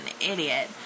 idiot